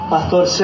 Pastor